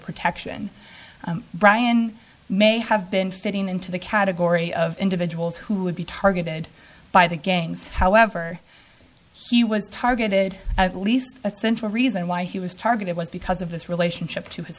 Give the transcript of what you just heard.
protection brian may have been fitting into the category of individuals who would be targeted by the gangs however he was targeted at least a central reason why he was targeted was because of this relationship to his